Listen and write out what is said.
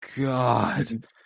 god